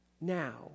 now